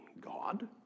God